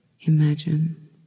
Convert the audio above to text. Imagine